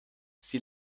sie